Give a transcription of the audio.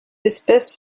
espèce